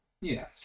Yes